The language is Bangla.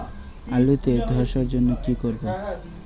আলুতে ধসার জন্য কি করব?